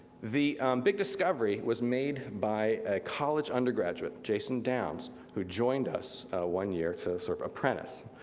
the big discovery was made by a college undergraduate jason downes, who joined us one year to sort of apprentice.